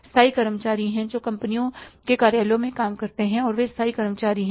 स्थायी कर्मचारी हैं जो कंपनियों के कार्यालयों में काम करते हैं और वे स्थायी कर्मचारी हैं